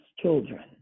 children